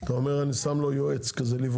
אתה אומר שאתה שם לו יועץ ליווי,